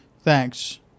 Thanks